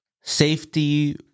safety